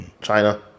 China